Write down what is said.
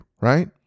right